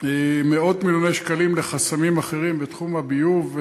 מאות מיליוני שקלים לחסמים אחרים בתחום הביוב,